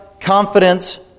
confidence